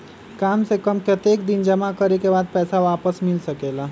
काम से कम कतेक दिन जमा करें के बाद पैसा वापस मिल सकेला?